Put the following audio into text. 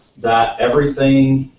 that everything,